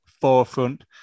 forefront